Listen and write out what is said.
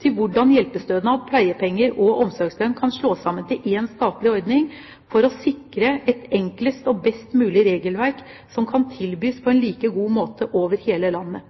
til hvordan hjelpestønad, pleiepenger og omsorgslønn kan slås sammen til én statlig ordning for å sikre et enklest og best mulig regelverk som kan tilbys på en like god måte over hele landet.